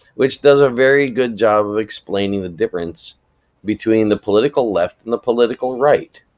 which does a very good job of explaining the difference between the political left and the political right.